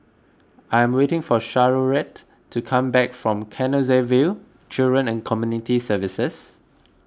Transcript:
I am waiting for Charolette to come back from Canossaville Children and Community Services